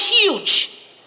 huge